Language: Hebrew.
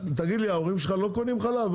תגיד לי, ההורים שלך לא קונים חלב?